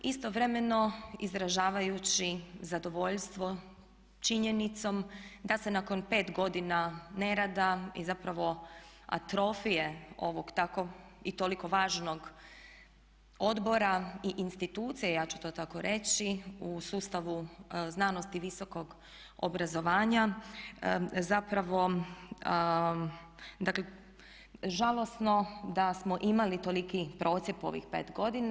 Istovremeno izražavajući zadovoljstvo činjenicom da se nakon 5 godina nerada i zapravo atrofije ovog tako i toliko važnog odbora i institucije ja ću to tako reći u sustavu znanosti visokog obrazovanja zapravo dakle žalosno da smo imali toliki procjep ovih 5 godina.